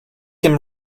him